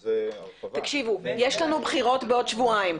תקשיבו, יש לנו בחירות בעוד שבועיים.